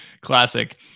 Classic